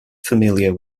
familiar